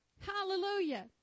Hallelujah